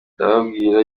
ndababwira